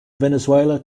venezuela